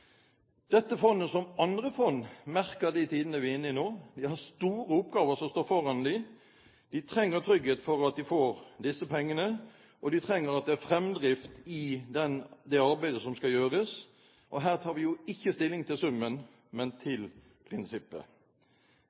Dette fondet, som andre fond, merker de tidene vi er inne i nå. De har store oppgaver som står foran dem, de trenger trygghet for at de får disse pengene, og de trenger at det er framdrift i det arbeidet som skal gjøres, og her tar vi jo ikke stilling til summen, men til prinsippet.